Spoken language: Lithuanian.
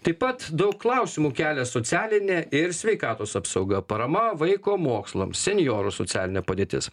taip pat daug klausimų kelia socialinė ir sveikatos apsauga parama vaiko mokslams senjorų socialinė padėtis